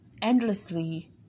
endlessly